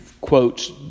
quotes